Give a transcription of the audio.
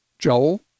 Joel